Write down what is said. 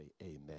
amen